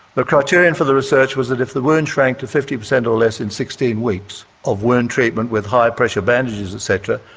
the criterion for the research was that if the wound shrank to fifty percent or less in sixteen weeks of wound treatment with high pressure bandages et cetera,